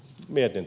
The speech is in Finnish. kiitos